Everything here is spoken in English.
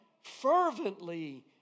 fervently